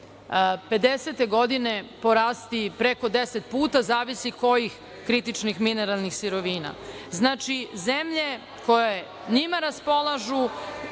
2050. godine porasti i preko 10 puta, zavisi kojih kritičnih mineralnih sirovina. Zemlje koje njima raspolažu